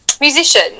musician